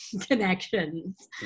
connections